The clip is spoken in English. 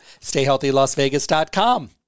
stayhealthylasvegas.com